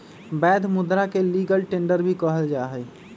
वैध मुदा के लीगल टेंडर भी कहल जाहई